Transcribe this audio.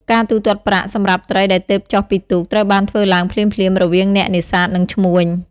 ការទូទាត់ប្រាក់ សម្រាប់ត្រីដែលទើបចុះពីទូកត្រូវបានធ្វើឡើងភ្លាមៗរវាងអ្នកនេសាទនិងឈ្មួញ។